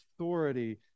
authority